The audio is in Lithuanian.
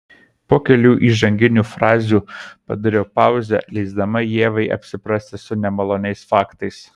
po kelių įžanginių frazių padariau pauzę leisdama ievai apsiprasti su nemaloniais faktais